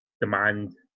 demand